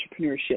entrepreneurship